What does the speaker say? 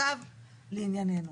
לענייננו,